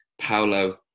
Paolo